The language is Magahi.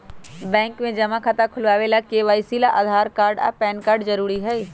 बैंक में जमा खाता खुलावे ला के.वाइ.सी ला आधार कार्ड आ पैन कार्ड जरूरी हई